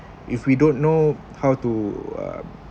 if we don't know how to um